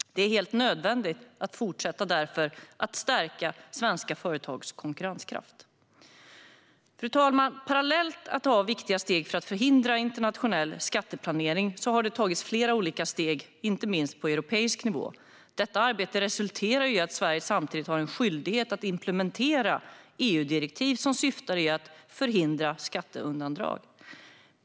Det är därför helt nödvändigt att fortsätta att stärka svenska företags konkurrenskraft. Fru talman! Parallellt med att ta viktiga steg för att förhindra internationell skatteplanering har det tagits flera olika steg, inte minst på europeisk nivå. Detta arbete har resulterat i att Sverige samtidigt har en skyldighet att implementera EU-direktiv som syftar till att förhindra skatteundandragande.